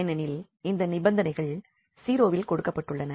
ஏனெனில் இந்த நிபந்தனைகள் 0 வில் கொடுக்கப்பட்டுள்ளன